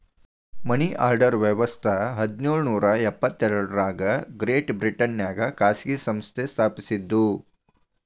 ಮನಿ order ವ್ಯವಸ್ಥ ಹದಿನೇಳು ನೂರ ಎಪ್ಪತ್ ಎರಡರಾಗ ಗ್ರೇಟ್ ಬ್ರಿಟನ್ನ್ಯಾಗ ಖಾಸಗಿ ಸಂಸ್ಥೆ ಸ್ಥಾಪಸಿದ್ದು